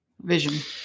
vision